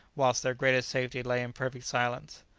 whilst their greatest safety lay in perfect silence.